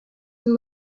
and